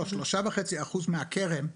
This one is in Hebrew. לא, 3.5% מהקרן,